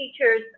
teachers